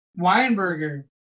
Weinberger